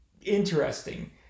interesting